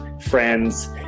friends